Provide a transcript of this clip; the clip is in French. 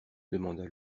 demanda